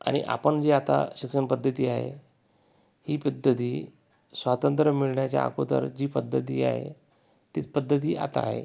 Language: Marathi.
आणि आपण जे आता शिक्षणपद्धती आहे ही पद्धती स्वातंत्र्य मिळण्याच्या अगोदर जी पद्धती आहे तीच पद्धती आता आहे